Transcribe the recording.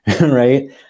right